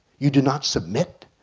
you did not submit?